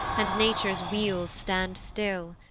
and nature's wheels stand still,